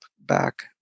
back